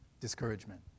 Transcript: discouragement